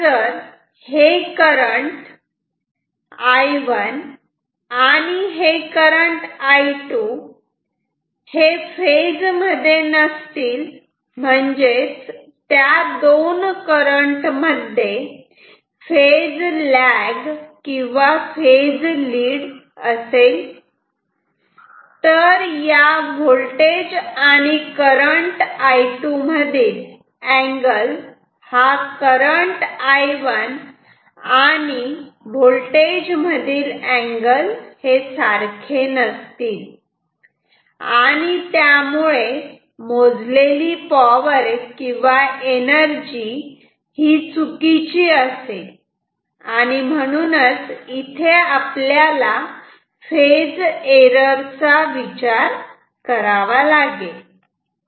आता जर हे करंट I1 आणि हे करंट I2 हे फेज मध्ये नसतील म्हणजेच त्या दोन करंट मध्ये फेज लाग किंवा फेज लीड असेल तर या व्होल्टेज आणि करंट I2 मधील अँगल हा करंट I1 आणि व्होल्टेज मधील अँगल सारखे नसतील आणि त्यामुळे मोजलेली पॉवर किंवा एनर्जी ही चुकीची असेल आणि म्हणून इथे आपल्याला फेज एरर चा विचार करावा लागेल